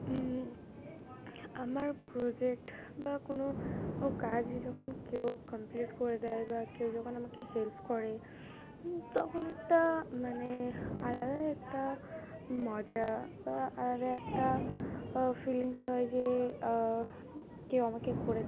আমার প্রোজেক্ট বা কোনো কাজ যখন কেউ কমপ্লিট করে দেয় বা কেউ যখন আমাকে হেল্প করে তখন একটা মানে আলাদা একটা মজা বা আলাদা একটা ফিলিংস হয় যে কেউ আমাকে করে দেয়